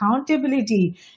accountability